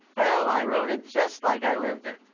ah i wrote it. just like i lived it.